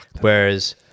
Whereas